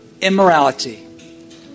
immorality